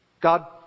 God